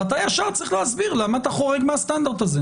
ואתה מיד צריך להסביר למה אתה חורג מהסטנדרט הזה.